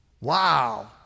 wow